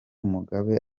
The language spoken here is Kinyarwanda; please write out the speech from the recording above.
mugabe